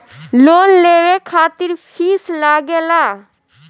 Loan लेवे खातिर fees लागेला?